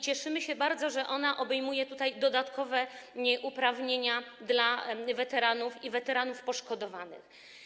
Cieszymy się bardzo, że ona obejmuje dodatkowe uprawnienia dla weteranów i weteranów poszkodowanych.